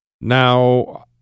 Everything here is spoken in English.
Now